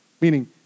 Meaning